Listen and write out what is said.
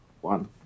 one